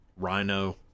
rhino